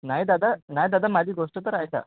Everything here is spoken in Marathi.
नाही दादा नाही दादा माझी गोष्ट तर ऐका